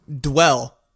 Dwell